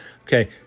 Okay